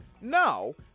No